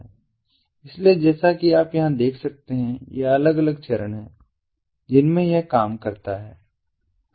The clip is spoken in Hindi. इसलिए जैसा कि आप यहां देख सकते हैं ये अलग अलग चरण हैं जिनमें यह काम करता है